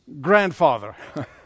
grandfather